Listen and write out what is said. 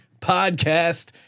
podcast